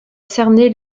cerner